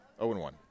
0-1